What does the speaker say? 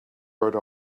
wrote